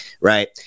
right